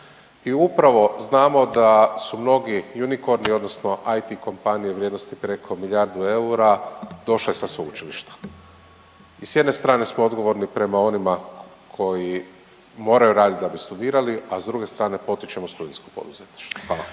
I upravo znamo da su mnogi unicorni odnosno IT kompanije vrijednosti preko milijardu eura došle sa sveučilišta. I s jedne strane smo odgovorni prema onima koji moraju raditi da bi studirali, a s druge strane potičemo studentsko poduzetništvo.